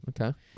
Okay